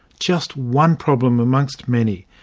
just one problem among so many,